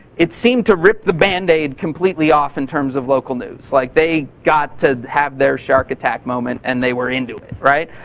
it seemed to rip the band-aid completely off in terms of local news. like, they got to have their shark attack moment and they were into it.